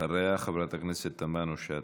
אחריה, חברת הכנסת תמנו-שטה.